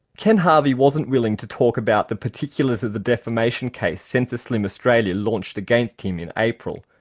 ken harvey wasn't willing to talk about the particulars of the defamation case sensaslim australia launched against him in april.